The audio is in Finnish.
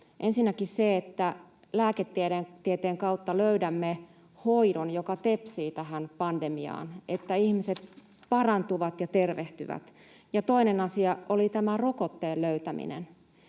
Ensinnäkin se, että lääketieteen kautta löydämme hoidon, joka tepsii tähän pandemiaan, että ihmiset parantuvat ja tervehtyvät. Ja toinen asia oli tämä rokotteen löytäminen.